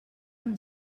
amb